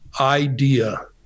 idea